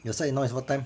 your side now is what time